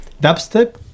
dubstep